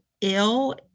ill